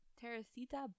Teresita